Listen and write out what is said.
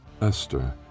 Esther